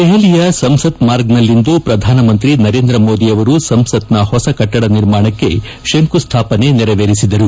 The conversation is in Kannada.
ದೆಹಲಿಯ ಸಂಸತ್ ಮಾರ್ಗ್ನಲ್ಲಿಂದು ಪ್ರಧಾನಮಂತ್ರಿ ನರೇಂದ್ರ ಮೋದಿ ಅವರು ಸಂಸತ್ನ ಹೊಸ ಕಟ್ಟಡ ನಿರ್ಮಾಣಕ್ಕೆ ಶಂಕುಸ್ಟಾಪನೆ ನೆರವೇರಿಸಿದರು